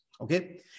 okay